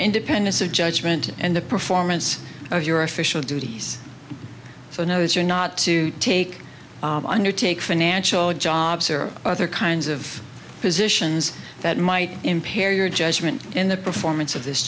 independence of judgment and the performance of your official duties so knows you're not to take undertake financial jobs or other kinds of positions that might impair your judgment in the performance of this